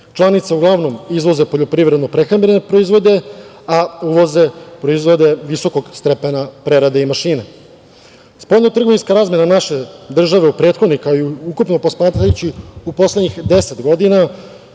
Članice uglavnom izvoze poljoprivredno-prehrambene proizvode, a uvoze proizvode visokog stepena prerade i mašine. Spoljnotrgovinska razmena naše države ukupno posmatrajući u poslednjih deset godina